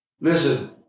Listen